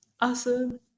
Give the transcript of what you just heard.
Awesome